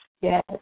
Yes